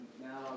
now